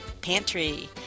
pantry